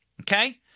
Okay